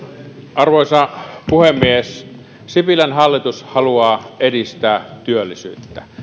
arvoisa puhemies sipilän hallitus haluaa edistää työllisyyttä